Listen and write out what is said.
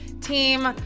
Team